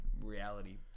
reality